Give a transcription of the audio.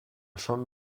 from